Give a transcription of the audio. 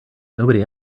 nobody